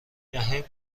دهه